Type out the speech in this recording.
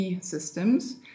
systems